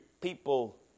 people